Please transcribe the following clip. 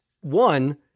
one